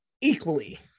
equally